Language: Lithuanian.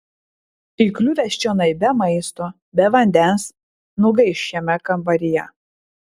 įkliuvęs čionai be maisto be vandens nugaiš šiame kambaryje